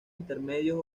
intermedios